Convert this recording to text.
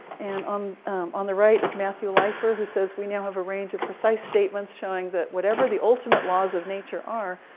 and on on the right is matthew leifer, who says, we now have a range of precise statements showing that whatever the ultimate laws of nature are,